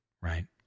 right